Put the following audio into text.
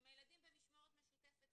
אם הילדים במשמורת משותפת,